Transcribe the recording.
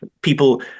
people